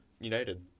United